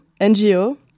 NGO